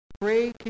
pray